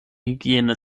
hygiene